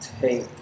take